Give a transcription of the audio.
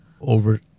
over